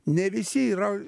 ne visi yra